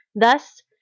Thus